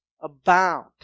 abound